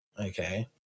Okay